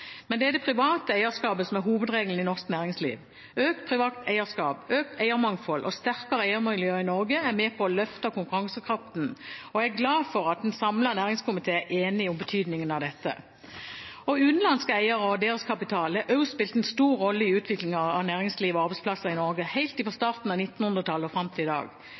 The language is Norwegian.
Men det er det private eierskapet som er hovedregelen i norsk næringsliv. Økt privat eierskap, økt eiermangfold og sterkere eiermiljø i Norge er med på å løfte konkurransekraften, og jeg er glad for at en samlet næringskomité er enig om betydningen av dette. Utenlandske eiere og deres kapital har også spilt en stor rolle i utviklingen av næringslivet og arbeidsplasser i Norge, helt fra starten av 1900-tallet og fram til i dag.